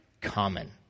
common